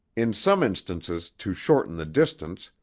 in some instances to shorten the distance,